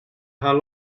how